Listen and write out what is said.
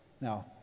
Now